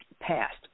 passed